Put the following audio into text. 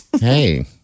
Hey